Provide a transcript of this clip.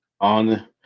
on